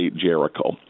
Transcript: Jericho